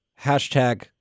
hashtag